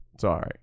Sorry